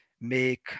make